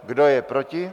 Kdo je proti?